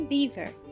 Beaver